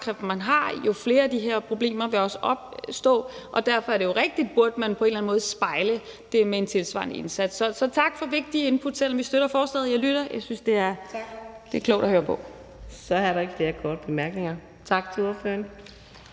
man har, jo flere af de her problemer vil der også opstå. Derfor er det jo rigtigt, at det burde man på en eller anden måde spejle med en tilsvarende indsats. Så tak for et vigtigt input, selv om vi støtter forslaget. Jeg lytter, og jeg synes, det er klogt at høre på. Kl. 14:15 Fjerde næstformand